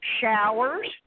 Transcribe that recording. Showers